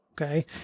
Okay